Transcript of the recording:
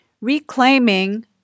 reclaiming